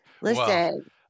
listen